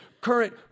current